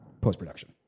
post-production